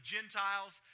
Gentiles